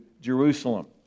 Jerusalem